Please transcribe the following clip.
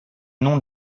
nom